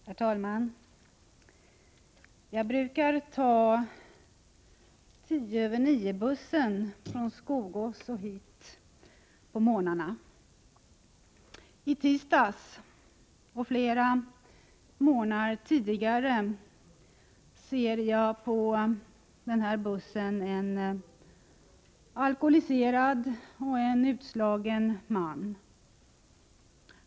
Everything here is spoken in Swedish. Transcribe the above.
Herr talman! Jag brukar ta tio över nio-bussen från Skogås och hit på morgnarna. I tisdags, och flera morgnar tidigare, ser jag på denna buss en alkoholiserad och utslagen man.